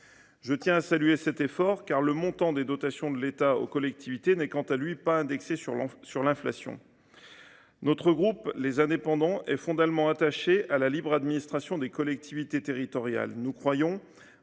Je tiens à saluer cet effort, car le montant des dotations de l’État aux collectivités, lui, n’est pas indexé sur l’inflation. Notre groupe Les Indépendants – République et Territoires est fondamentalement attaché à la libre administration des collectivités territoriales. Nous croyons